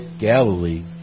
Galilee